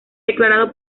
declarado